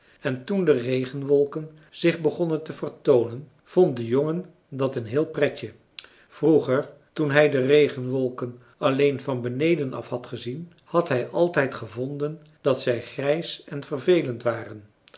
en toen de regenwolken zich begonnen te vertoonen vond de jongen dat een heel pretje vroeger toen hij de regenwolken alleen van beneden af had gezien had hij altijd gevonden dat zij grijs en vervelend waren